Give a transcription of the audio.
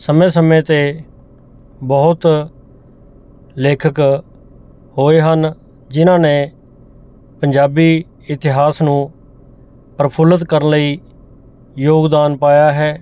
ਸਮੇਂ ਸਮੇਂ 'ਤੇ ਬਹੁਤ ਲੇਖਕ ਹੋਏ ਹਨ ਜਿਹਨਾਂ ਨੇ ਪੰਜਾਬੀ ਇਤਿਹਾਸ ਨੂੰ ਪ੍ਰਫੁੱਲਤ ਕਰਨ ਲਈ ਯੋਗਦਾਨ ਪਾਇਆ ਹੈ